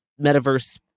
metaverse